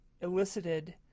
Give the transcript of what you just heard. elicited